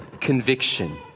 conviction